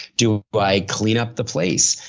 do do i clean up the place?